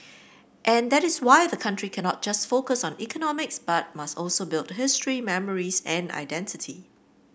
and that is why the country cannot just focus on economics but must also build history memories and identity